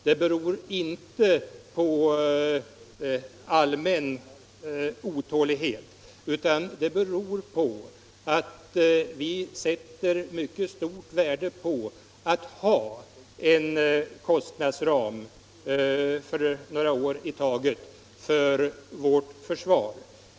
Det beror inte på allmän otålighet utan förklaras av att vi sätter mycket stort värde på att för vårt försvar ha en kostnadsram för några år i taget.